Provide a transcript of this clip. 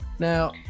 Now